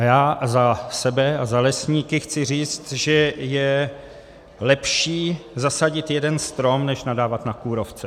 A já za sebe a za lesníky chci říct, že je lepší zasadit jeden strom než nadávat na kůrovce.